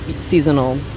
seasonal